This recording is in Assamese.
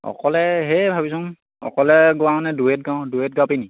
অকলে সেয়ে ভাবিচো অকলে গোৱা মানে ডুয়েট গাওঁ ডুয়েট গাবিনি